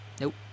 Nope